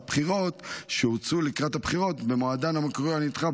בחירות שהוצאו לקראת הבחירות במועדן המקורי או הנדחה,